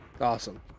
Awesome